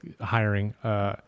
hiring